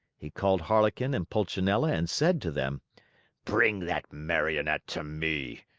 he called harlequin and pulcinella and said to them bring that marionette to me!